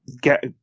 get